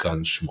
ומכאן שמו.